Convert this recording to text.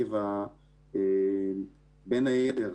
בין היתר,